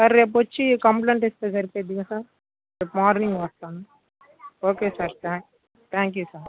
sir రేపు వచ్చి complaint ఇస్తే సరిపోటుందిగా సార్ రేపు మార్నింగ్ వస్తాను okay sir thank you thank you sir